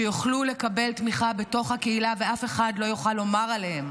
שיוכלו לקבל תמיכה בתוך הקהילה ואף אחד לא יוכל לומר עליהם,